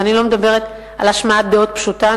ואני לא מדברת על השמעת דעות פשוטה,